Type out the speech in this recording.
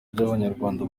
by’abanyarwanda